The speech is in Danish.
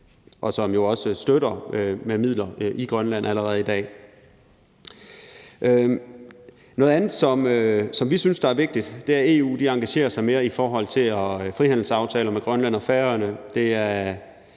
og som jo også støtter med midler i Grønland allerede i dag. Kl. 18:47 Noget andet, som vi synes er vigtigt, er, at EU engagerer sig mere i forhold til frihandelsaftaler med Grønland og Færøerne.